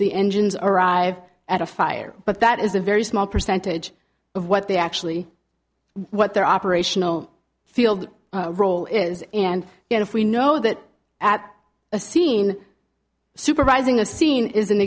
the engines arrive at a fire but that is a very small percentage of what they actually what their operational field role is and if we know that at a scene supervising a scene is